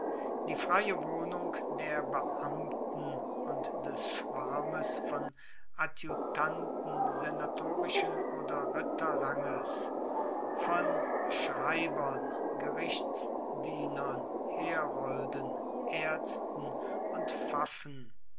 die freie wohnung der beamten und des schwarmes von adjutanten senatorischen oder ritterranges von schreibern gerichtsdienern herolden ärzten und pfaffen